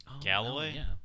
Galloway